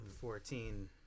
Fourteen